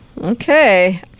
Okay